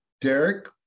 Derek